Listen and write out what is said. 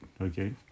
okay